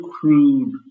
crude